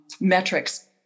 metrics